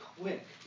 quick